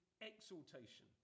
exaltation